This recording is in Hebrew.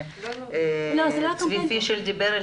שד"ר צבי פישל דיבר עליו.